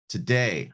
Today